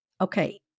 Okay